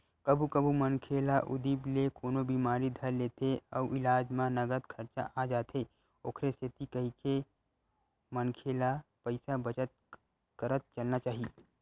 कभू कभू मनखे ल उदुप ले कोनो बिमारी धर लेथे अउ इलाज म नँगत खरचा आ जाथे ओखरे सेती कहिथे मनखे ल पइसा बचत करत चलना चाही